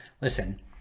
listen